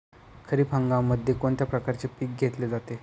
खरीप हंगामामध्ये कोणत्या प्रकारचे पीक घेतले जाते?